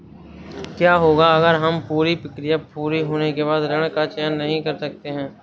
क्या होगा अगर हम पूरी प्रक्रिया पूरी होने के बाद ऋण का चयन नहीं करना चाहते हैं?